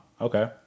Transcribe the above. Okay